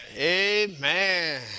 Amen